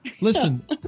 Listen